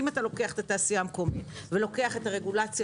אז אם אתה לוקח את התעשייה המקומית ולוקח את הרגולציה